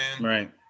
Right